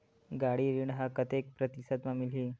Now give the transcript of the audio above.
गाड़ी ऋण ह कतेक प्रतिशत म मिलही?